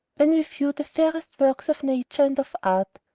when we view the fairest works of nature and of art,